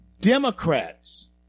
Democrats